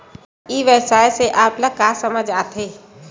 ई व्यवसाय से आप ल का समझ आथे?